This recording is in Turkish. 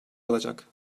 alacak